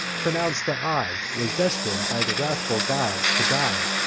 pronounc'd that i was destin'd by the wrathful gods to die.